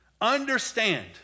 Understand